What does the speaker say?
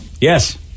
Yes